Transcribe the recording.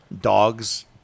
Dogs